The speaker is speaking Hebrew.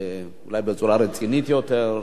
אולי בצורה רצינית יותר,